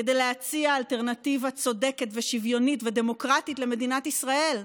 כדי להציע אלטרנטיבה צודקת ושוויונית ודמוקרטית למדינת ישראל,